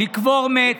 לקבור מת